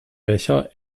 becher